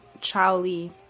Charlie